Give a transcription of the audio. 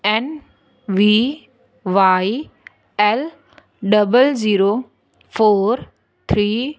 N V Y L double zero four three